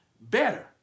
better